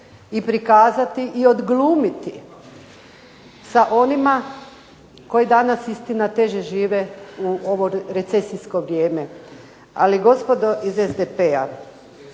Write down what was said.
i prikazati i odglumiti sa onima koji danas istina teže žive u ovo recesijsko vrijeme. Ali gospodo iz SDP-a